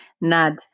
Nad